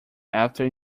after